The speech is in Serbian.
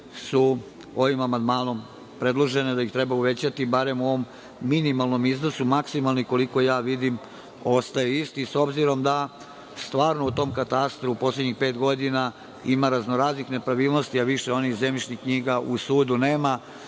su ovim amandmanom predložene, da ih treba uvećati, barem u ovom minimalnom iznosu, maksimalni, koliko vidim, ostaje isti, s obzirom da stvarno u tom katastru u poslednjih pet godina ima raznoraznih nepravilnosti, a više onih zemljišnih knjiga u sudu